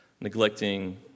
neglecting